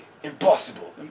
impossible